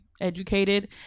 educated